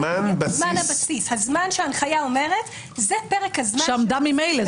הזמן שההנחיה אומרת לגביו שזהו פרק הזמן --- שעמדה ממילא.